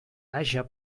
haja